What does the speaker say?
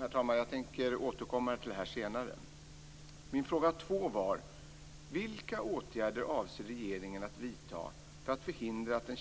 Herr talman! Jag tänker återkomma till detta senare.